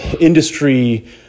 industry